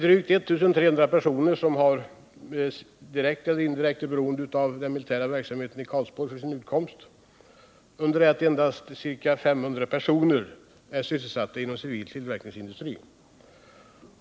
Drygt 1 300 personer är för sin utkomst direkt eller indirekt beroende av den militära verksamheten, under det att endast ca 500 personer är sysselsatta inom civil tillverkningsindustri.